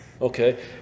Okay